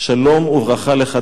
"שלום וברכה לך,